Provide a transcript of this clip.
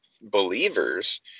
believers